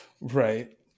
Right